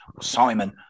Simon